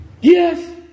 Yes